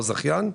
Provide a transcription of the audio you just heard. או זכיין.